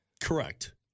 Correct